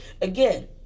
again